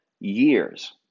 years